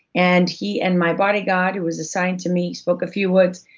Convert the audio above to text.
and he and my bodyguard who was assigned to me, spoke a few words.